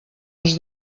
els